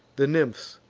the nymphs,